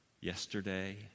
yesterday